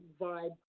vibe